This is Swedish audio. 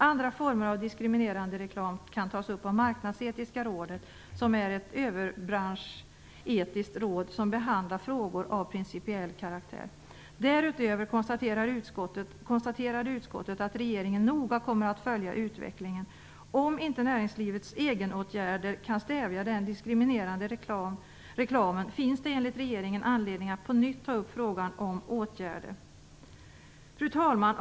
Andra former av diskriminerande reklam kan tas upp av Marknadsetiska rådet som är ett överbranschetiskt råd som behandlar frågor av principiell karaktär. Därutöver konstaterade utskottet att regeringen noga kommer att följa utvecklingen. Om inte näringslivets egenåtgärder kan stävja den diskriminerande reklamen finns det enligt regeringen anledning att på nytt ta upp frågan om åtgärder. Fru talman!